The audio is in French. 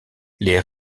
les